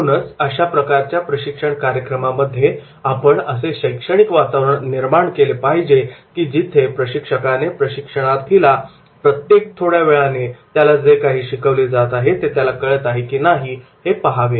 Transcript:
म्हणूनच अशा प्रकारच्या प्रशिक्षण कार्यक्रमामध्ये आपण असे शैक्षणिक वातावरण निर्माण केले पाहिजे की जिथे प्रशिक्षकाने प्रशिक्षणार्थीला प्रत्येक थोड्यावेळाने त्याला जे शिकवले जात आहे ते त्याला कळत आहे की नाही हे पाहावे